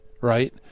right